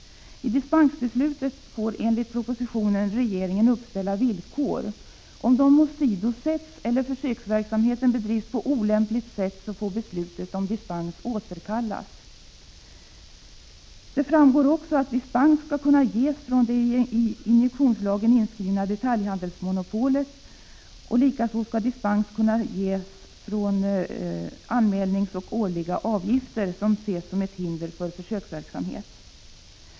I dispensbeslutet får enligt propositionen regeringen upp ställa villkor. Om dessa åsidosätts eller om försöksverksamheten bedrivs på olämpligt sätt, får beslutet om dispens återkallas. Av propositionen framgår också att dispens skall kunna ges från det i injektionslagen inskrivna detaljhandelsmonopolet. Likaså skall dispens kunna ges från de för injektionsmedlen gällande anmälningsoch årliga avgifterna, som ses som ett hinder för försöksverksamhet.